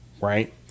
right